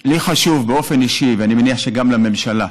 לי חשוב באופן אישי, ואני מניח שגם לממשלה,